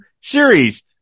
series